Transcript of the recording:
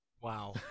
Wow